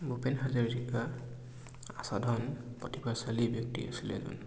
ভূপেন হাজৰিকা প্ৰতিভাশ্বালী ব্যক্তি আছিলে এজন